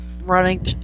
running